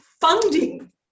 funding